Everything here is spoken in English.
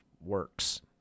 works